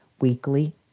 weekly